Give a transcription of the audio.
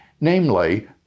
namely